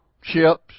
ships